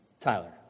Tyler